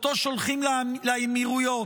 אותו שולחים לאמירויות.